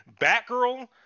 Batgirl